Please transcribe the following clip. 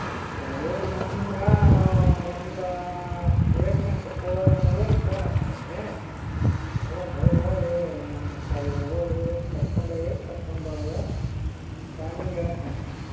ಆಯ್ತು ತೋರಿ ನಾನು ನಿಮ್ಗೆ ಎಂದು ಎಷ್ಟು ಗಂಟೆಗೆ ಹೋಗೋದ್ ಅನ್ನೋದು ಫೋನ್ ಹಚ್ತೀನ್ ರೀ ಹೋಗೋನ್ರಿ ಹೋಗಿ ನಾವು ನಿತ್ತಲ್ಲಿ ಹೋಗಿ ಕರ್ಕಂಡೋಗಿ ಕರ್ಕೊಂಬರೋದ್ ಟ್ಯಾಮಿಂಗ್ ಹೇಳ್ತಿನ್ ರೀ